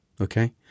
okay